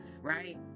Right